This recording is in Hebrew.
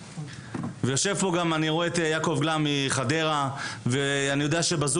יושב כאן גם יעקב גלאם מחדרה ואני יודע שבזום